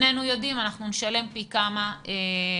שנינו יודעים שנשלם פי כמה בעתיד.